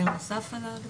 נכון.